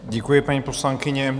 Děkuji, paní poslankyně.